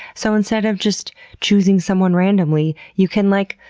so instead of just choosing someone randomly, you can like,